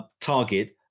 target